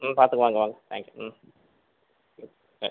ம் பார்த்துக் கொள்வோம் வாங்க வாங்க தேங்க்யூ ம்